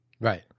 Right